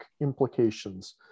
implications